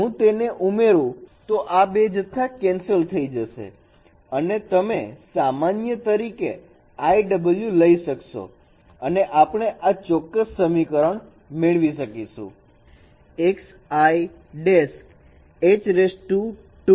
હું તેને ઉમેરુ તો આ બે જથ્થા કેન્સલ થઇ જશે અને તમે સામાન્ય તરીકે i w લઈ શકશો અને આપણે આ ચોક્કસ સમીકરણ મેળવી શકીશું